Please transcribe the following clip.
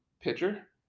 pitcher